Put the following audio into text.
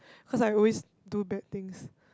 cause I always do bad things